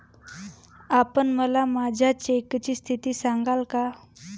आपण मला माझ्या चेकची स्थिती सांगाल का?